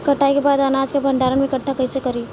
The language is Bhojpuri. कटाई के बाद अनाज के भंडारण में इकठ्ठा कइसे करी?